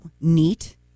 neat